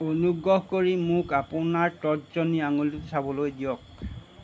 অনুগ্ৰহ কৰি মোক আপোনাৰ তৰ্জনী আঙুলিটো চাবলৈ দিয়ক